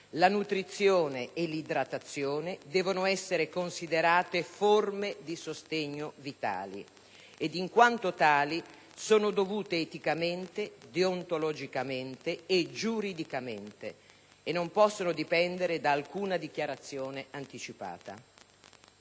La nutrizione e l'idratazione devono essere considerate forme di sostegno vitali ed in quanto tali sono dovute eticamente, deontologicamente e giuridicamente, e non possono dipendere da alcuna dichiarazione anticipata.